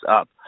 up